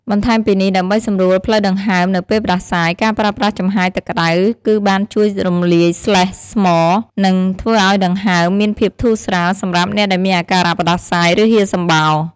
បន្ថែមពីនេះ ដើម្បីសម្រួលផ្លូវដង្ហើមនៅពេលផ្តាសាយ ការប្រើប្រាស់ចំហាយទឹកក្តៅគឺបានជួយរំលាយស្លេស្ម និងធ្វើឲ្យផ្លូវដង្ហើមមានភាពធូរស្រាល សម្រាប់អ្នកដែលមានអាការៈផ្តាសាយ ឬហៀរសំបោរ។